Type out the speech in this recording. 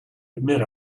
admit